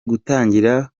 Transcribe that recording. gutangira